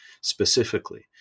specifically